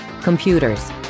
computers